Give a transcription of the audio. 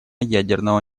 ядерного